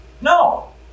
No